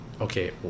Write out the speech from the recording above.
okay